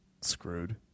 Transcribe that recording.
screwed